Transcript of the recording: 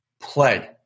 Play